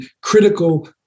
critical